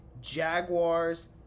Jaguars